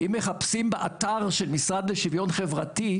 אם מחפשים באתר של משרד לשוויון חברתי,